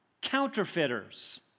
counterfeiters